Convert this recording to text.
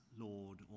Lord